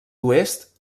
oest